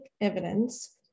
evidence